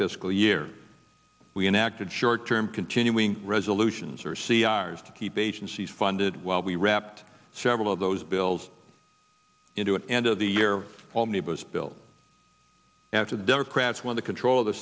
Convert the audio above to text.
fiscal year we enacted short term continuing resolutions or see ours to keep agencies funded while we wrapped several of those bills into it and of the year all neighbors built after the democrats won the control of the